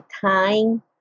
time